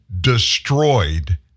destroyed